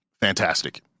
fantastic